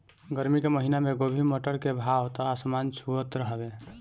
गरमी के महिना में गोभी, मटर के भाव त आसमान छुअत हवे